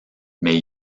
mais